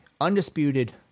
undisputed